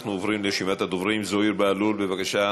אנחנו עוברים לרשימת הדוברים: זוהיר בהלול, בבקשה,